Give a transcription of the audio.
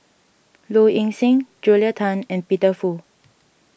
Low Ing Sing Julia Tan and Peter Fu